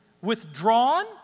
withdrawn